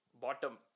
Bottom